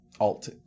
alt